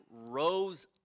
rose